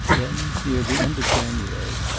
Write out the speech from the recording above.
then, near the end of january,